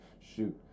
shoot